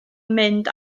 mynd